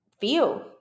feel